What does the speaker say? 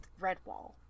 Redwall